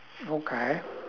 okay